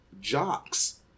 jocks